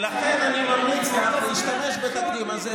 ולכן אני ממליץ לך להשתמש בתקדים הזה,